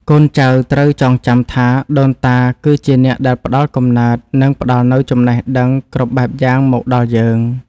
កូនចៅត្រូវចងចាំថា ដូនតាគឺជាអ្នកដែលផ្តល់កំណើត និងផ្តល់នូវចំណេះដឹងគ្រប់បែបយ៉ាងមកដល់យើង។